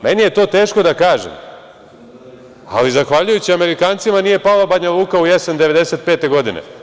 Meni je to teško da kažem, ali zahvaljujući Amerikancima nije pala Banja Luka u jesen 1995. godine.